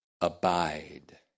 abide